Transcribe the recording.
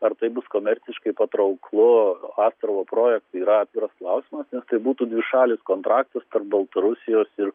ar tai bus komerciškai patrauklu astravo projektui yra atviras klausimas tai būtų dvišalis kontraktas tarp baltarusijos ir